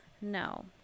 No